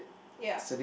ya